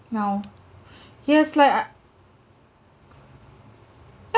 now yes like I